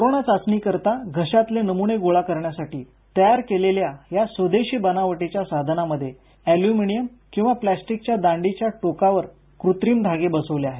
corona चाचणीकरता घशातले नमुने गोळा करण्यासाठी तयार केलेल्या या स्वदेशी बनावटीच्या साधनामध्ये अॅल्यूमिनियम किंवा प्लास्टिकच्या दांडीच्या टोकावर कृत्रिम धागे बसवले आहेत